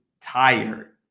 tired